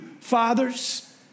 fathers